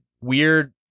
weird